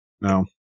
no